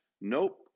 Nope